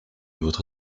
votre